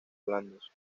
blandos